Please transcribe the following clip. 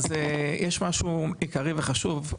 אז יש משהו עיקרי וחשוב,